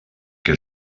que